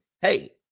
hey